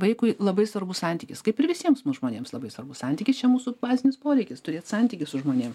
vaikui labai svarbus santykis kaip ir visiems mums žmonėms labai svarbus santykis čia mūsų bazinis poreikis turėt santykį su žmonėm